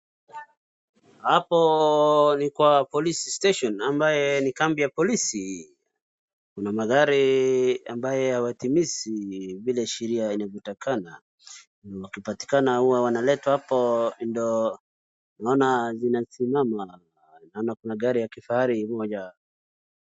Hapo ni kwa police station ambaye ni kambi ya polisi. Kuna magari ambaye hawatimizi vile sheria inavyotakikana. Wakipatikana huwa wanaletwa hapo ndo, unaona zinasimama. Kuna gari ya kifahari moja.